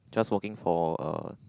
just working for uh